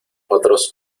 otros